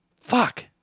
Fuck